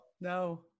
no